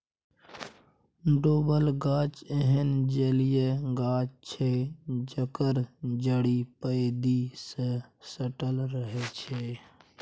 डुबल गाछ एहन जलीय गाछ छै जकर जड़ि पैंदी सँ सटल रहै छै